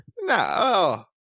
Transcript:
No